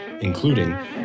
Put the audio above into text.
including